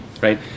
right